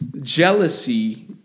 Jealousy